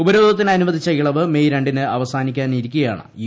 ഉപരോധത്തിന് അനുവദിച്ച ഇളവ് മേയ് ര ിന് അവസാനിക്കാനിരിക്കെയാണ് യു